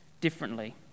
differently